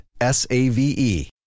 S-A-V-E